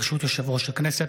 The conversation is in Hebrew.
ברשות יושב-ראש הכנסת,